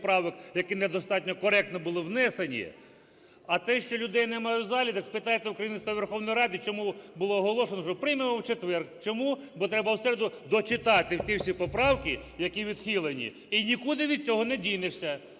які недостатньо коректно були внесені. А те, що людей немає в залі, так спитайте у керівництва Верховної Ради, чому було оголошено, що приймемо в четвер. Чому? Бо треба в середу дочитати ці всі поправки, які відхилені, і нікуди від цього не дінешся.